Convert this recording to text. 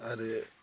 आरो